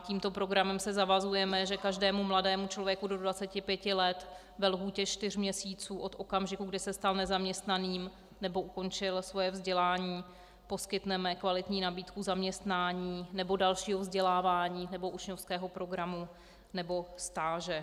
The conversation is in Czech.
Tímto programem se zavazujeme, že každému mladému člověku do 25 let ve lhůtě čtyř měsíců od okamžiku, kdy se stal nezaměstnaným nebo ukončil svoji vzdělání, poskytneme kvalitní nabídku zaměstnání nebo dalšího vzdělávání nebo učňovského programu nebo stáže.